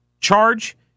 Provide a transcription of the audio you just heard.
charge